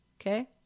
Okay